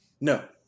No